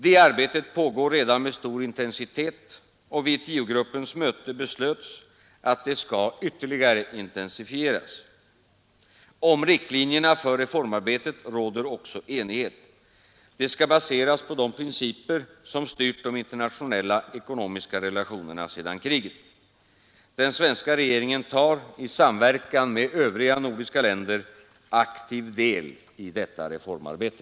Detta arbete pågår redan med stor intensitet, och vid tiogruppens möte beslöts att det skall ytterligare intensifieras. Om riktlinjerna för reformarbetet råder också enighet. Det skall baseras på de principer som styrt de internationella ekonomiska relationerna sedan kriget. Den svenska regeringen tar, i samverkan med övriga nordiska länder, aktiv del i detta reformarbete.